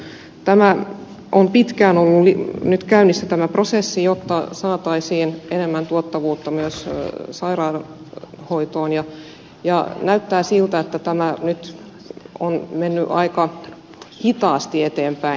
tämä prosessi on nyt pitkään ollut käynnissä jotta saataisiin enemmän tuottavuutta myös sairaanhoitoon ja näyttää siltä että tämä on mennyt aika hitaasti eteenpäin